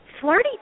flirty